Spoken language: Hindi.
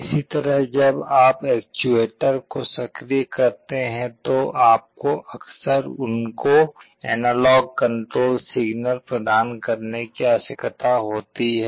इसी तरह जब आप एक्चुएटर को सक्रिय करते हैं तो आपको अक्सर उनको एनालॉग कण्ट्रोल सिग्नल प्रदान करने की आवश्यकता होती है